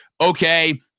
okay